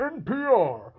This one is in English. NPR